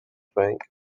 frank